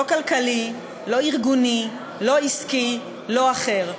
לא כלכלי, לא ארגוני, לא עסקי, לא אחר.